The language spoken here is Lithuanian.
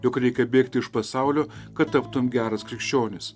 jog reikia bėgti iš pasaulio kad taptum geras krikščionis